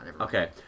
Okay